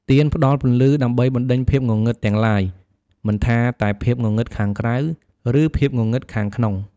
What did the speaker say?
ទៀនផ្តល់ពន្លឺដើម្បី បណ្ដេញភាពងងឹត ទាំងឡាយ មិនថាតែភាពងងឹតខាងក្រៅ ឬភាពងងឹតខាងក្នុង។